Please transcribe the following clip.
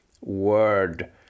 word